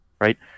Right